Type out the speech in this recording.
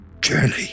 journey